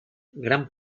gran